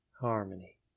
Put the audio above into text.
Harmony